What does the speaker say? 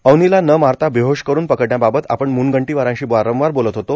अवनीला न मारता बेहोश करून पकडण्याबाबत आपण मूंनगंटीवाराशी वारवार बोलत होतो